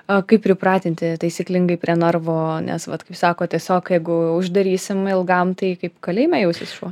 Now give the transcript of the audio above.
o kaip pripratinti taisyklingai prie narvo nes vat kaip sako tiesiog jeigu uždarysim ilgam tai kaip kalėjime jausis šuo